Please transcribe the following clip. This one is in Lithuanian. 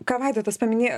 ką vaidotas paminėjo